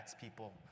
people